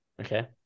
Okay